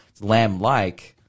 lamb-like